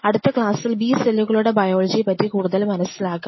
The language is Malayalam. അടുത്ത ക്ലാസ്സിൽ B സെല്ലുകളുടെ ബയോളജിയെപ്പറ്റി കൂടുതൽ മനസ്സിലാക്കാം